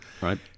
Right